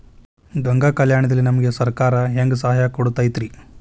ಗಂಗಾ ಕಲ್ಯಾಣ ದಲ್ಲಿ ನಮಗೆ ಸರಕಾರ ಹೆಂಗ್ ಸಹಾಯ ಕೊಡುತೈತ್ರಿ?